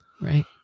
Right